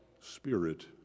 spirit